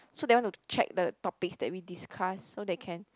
so they want to check the topics that we discuss so they can